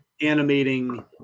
animating